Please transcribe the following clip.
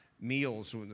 meals